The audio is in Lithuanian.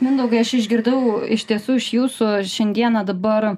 mindaugai aš išgirdau iš tiesų iš jūsų šiandieną dabar